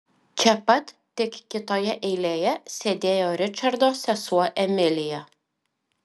čia pat tik kitoje eilėje sėdėjo ričardo sesuo emilija